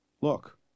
Look